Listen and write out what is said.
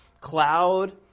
cloud